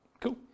Cool